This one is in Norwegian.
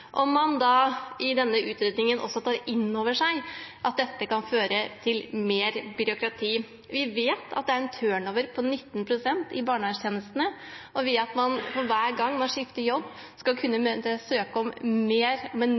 man skal jobbe med, om man i denne utredningen også tar inn over seg at dette kan føre til mer byråkrati. Vi vet at det er en turnover på 19 pst. i barnevernstjenestene, og det at man for hver gang man skifter jobb, skal kunne søke om mer, men